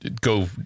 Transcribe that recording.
go